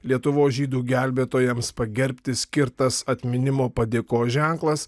lietuvos žydų gelbėtojams pagerbti skirtas atminimo padėkos ženklas